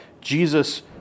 Jesus